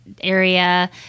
area